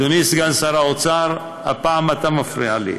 אדוני סגן שר האוצר, הפעם אתה מפריע לי.